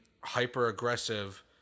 hyper-aggressive